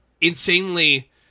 insanely